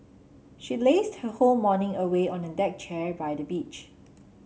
she lazed her whole morning away on a deck chair by the beach